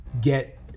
get